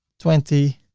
twenty